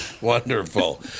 wonderful